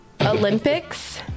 Olympics